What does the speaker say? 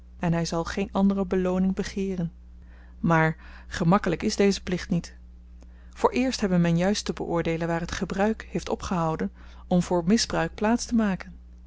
en hy zal geen andere belooning begeeren maar gemakkelyk is deze plicht niet vooreerst hebbe men juist te beoordeelen waar het gebruik heeft opgehouden om voor misbruik plaats te maken